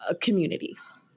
communities